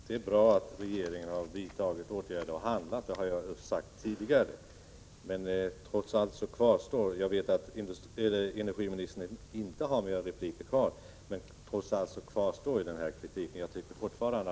Herr talman! Det är bra att regeringen har handlat och vidtagit åtgärder — det har jag sagt tidigare. Jag vet att energiministern inte har rätt till något mer inlägg, men trots allt kvarstår kritiken. En månad var lång tid; det tycker jag fortfarande.